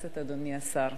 אדוני השר,